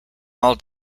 all